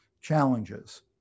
challenges